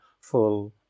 full